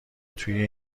توی